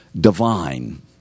divine